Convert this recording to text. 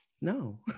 No